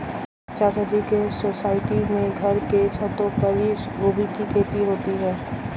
चाचा जी के सोसाइटी में घर के छतों पर ही गोभी की खेती होती है